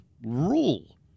rule